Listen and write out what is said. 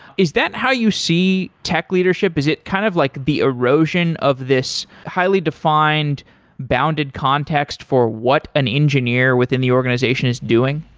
is that how you see tech leadership? is it kind of like the erosion of this highly defined bounded context for what an engineer within the organization is doing?